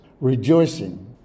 rejoicing